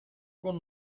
con